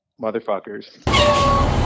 Motherfuckers